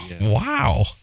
Wow